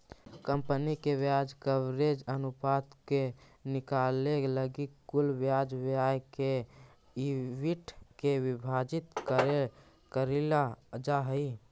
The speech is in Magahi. कंपनी के ब्याज कवरेज अनुपात के निकाले लगी कुल ब्याज व्यय से ईबिट के विभाजित कईल जा हई